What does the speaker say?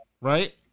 right